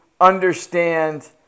understand